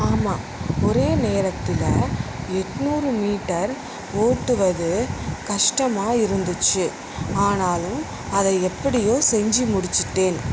ஆமாம் ஒரே நேரத்தில் எண்நூறு மீட்டர் ஓட்டுவது கஷ்டமாக இருந்துச்சு ஆனாலும் அதை எப்படியோ செஞ்சு முடிச்சுட்டேன்